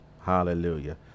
Hallelujah